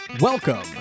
welcome